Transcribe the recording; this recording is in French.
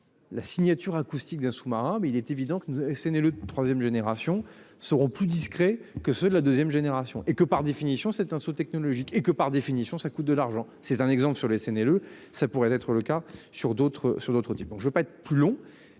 La signature acoustique d'un sous-marin mais il est évident que nous SNLE le troisième génération seront plus discrets que ceux de la 2ème génération et que, par définition, c'est un saut technologique et que, par définition, ça coûte de l'argent, c'est un exemple sur le SNLE. Ça pourrait être le cas sur d'autres sur d'autres types, donc je ne veux pas être plus long